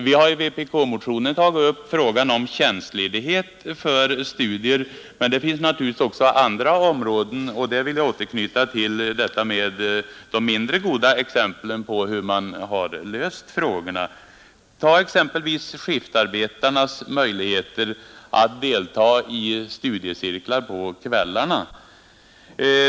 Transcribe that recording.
Vi har i vpk-motionen tagit S äoveniber 1971 upp frågan om tjänstledighet för studier, men det finns naturligtvisockså. andra områden, och där vill jag anknyta till de mindre goda exemplen på = Lagstadgad rätt till hur man har löst frågorna. Ta exempelvis skiftarbetarnas möjligheter att tjänstledighet för delta i studiecirklar på kvällarna.